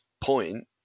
point